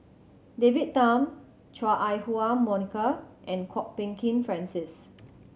David Tham Chua Ah Huwa Monica and Kwok Peng Kin Francis